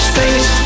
Space